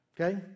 Okay